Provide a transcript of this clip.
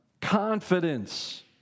Confidence